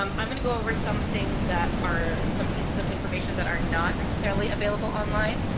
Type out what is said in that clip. um i'm going to go over some things that are some pieces of information that are not necessarily available online